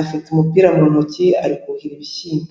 afite umupira mu ntoki ari kuhira ibishyimbo.